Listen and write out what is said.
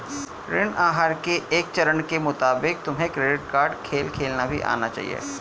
ऋण आहार के एक चरण के मुताबिक तुम्हें क्रेडिट कार्ड खेल खेलना भी आना चाहिए